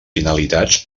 finalitats